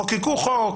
חוקקו חוק